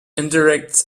indirect